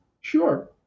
Sure